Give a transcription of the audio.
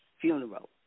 funeral